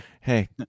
Hey